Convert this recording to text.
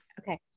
Okay